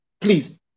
please